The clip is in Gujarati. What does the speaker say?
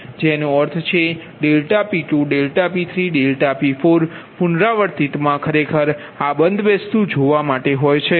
જેનો અર્થ છે ∆P2 ∆P3 ∆P4પુનરાવર્તિત મા ખરેખર આ બંધબેસતુ જોવા માટે હોય છે